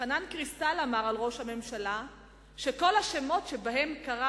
חנן קריסטל אמר על ראש הממשלה שכל השמות שבהם קרא